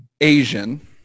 Asian